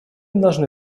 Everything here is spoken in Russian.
должны